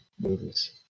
movies